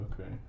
Okay